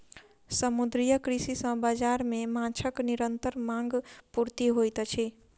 समुद्रीय कृषि सॅ बाजार मे माँछक निरंतर मांग पूर्ति होइत अछि